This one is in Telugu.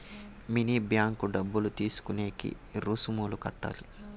మినీ బ్యాంకు డబ్బులు తీసుకునేకి రుసుములు కట్టాలి